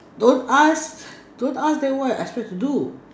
don't ask don't ask then what you expect to do